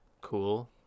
Cool